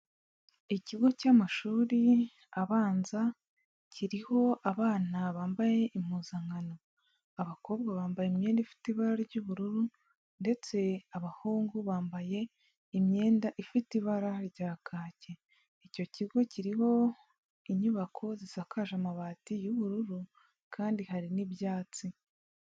Ikigo cy'amashuri abanza kiriho abana bambaye impuzankano, abakobwa bambaye imyenda ifite ibara ry'ubururu ndetse abahungu bambaye imyenda ifite ibara rya kake, icyo kigo kiriho inyubako zisakaje amabati y'ubururu kandi hari n'ibyatsi.